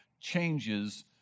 changes